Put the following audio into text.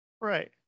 Right